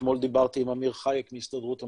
אתמול דיברתי עם אמיר חייק מהסתדרות המלונות,